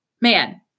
man